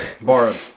Borrowed